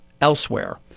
elsewhere